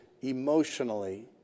emotionally